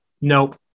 nope